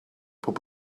pob